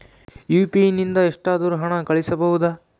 UPI ನಿಂದ ಎಷ್ಟಾದರೂ ಹಣ ಕಳಿಸಬಹುದಾ?